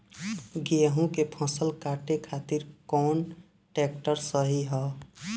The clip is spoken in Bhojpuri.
गेहूँ के फसल काटे खातिर कौन ट्रैक्टर सही ह?